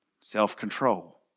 self-control